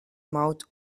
mouth